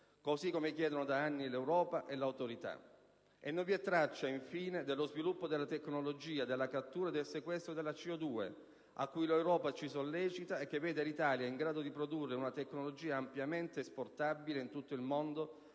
così come chiedono da anni l'Europa e l'Autorità. Non vi è traccia infine dello sviluppo della tecnologia della cattura e del sequestro della CO2, cui l'Europa ci sollecita e che vede l'Italia in grado di produrre una tecnologia ampiamente esportabile in tutto il mondo, poiché